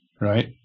right